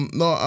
no